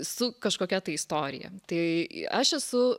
su kažkokia istorija tai aš esu